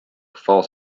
falls